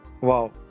wow